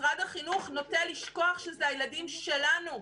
משרד החינוך נוטה לשכוח שאילו הילדים שלנו.